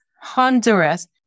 Honduras